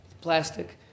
plastic